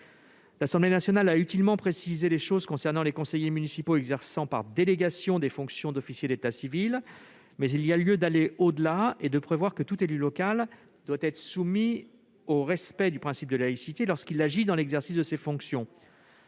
L'Assemblée nationale a utilement précisé les choses concernant les conseillers municipaux exerçant par délégation des fonctions d'officier d'état civil, mais il y a lieu d'aller plus loin et de prévoir que tout élu local doit être soumis au respect du principe de laïcité lorsqu'il agit dans l'exercice de ses fonctions.